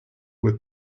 were